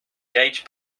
gage